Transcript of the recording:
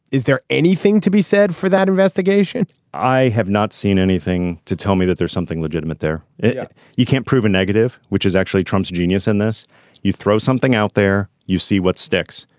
is there anything to be said for that investigation i have not seen anything to tell me that there's something legitimate there. if you can't prove a negative which is actually trump's genius in this you throw something out there. you see what sticks.